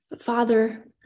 Father